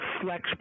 flex